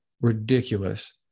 ridiculous